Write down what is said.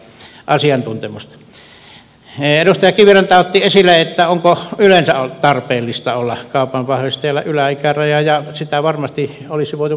edustaja kiviranta otti esille sen onko yleensä tarpeellista olla kaupanvahvistajalla yläikäraja ja sitä myös varmasti olisi voitu pohtia